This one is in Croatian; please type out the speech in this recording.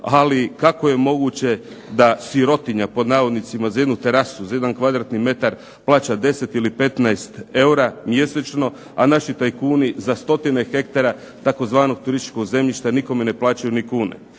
ali kako je moguće da "sirotinja" za jednu terasu, za jedan m2 plaća 10 ili 15 eura mjesečno, a naši tajkuni za stotine hektara tzv. turističkog zemljišta nikome ne plaćaju ni kune.